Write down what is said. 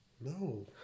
No